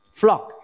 flock